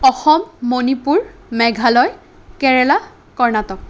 Assam Manipur Meghalaya Kerala Karnataka